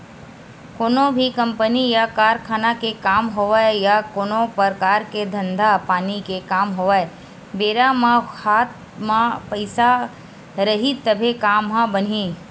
कोनो भी कंपनी या कारखाना के काम होवय या कोनो परकार के धंधा पानी के काम होवय बेरा म हात म पइसा रइही तभे काम ह बनही